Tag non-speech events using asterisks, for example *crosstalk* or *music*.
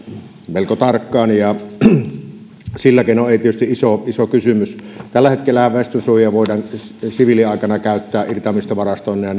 melko tarkkaan ja silläkin on tietysti iso iso merkitys tällä hetkellähän väestönsuojia voidaan siviiliaikana käyttää irtaimistovarastoina ja *unintelligible*